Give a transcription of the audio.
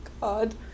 God